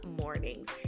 mornings